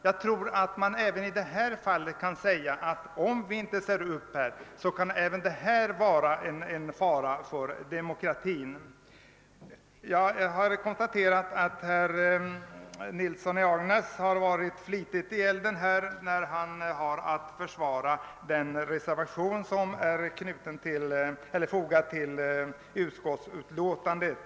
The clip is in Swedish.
Jag tror att man även i detta sammanhang kan säga, att om vi inte göra någonting på detta område, kan det även härvidlag bli fråga om en fara för demokratin. Herr Nilsson i Agnäs har varit flitigt 1 elden, när han har haft att försvara den reservation, som är fogad till utskottsutlåtandet.